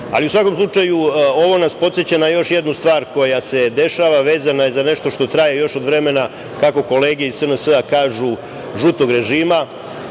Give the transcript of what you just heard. svakom slučaju, ovo nas podseća na još jednu stvar koja se dešava, vezana je za nešto što traje još od vremena, kako kolege iz SNS kažu, žutog režima,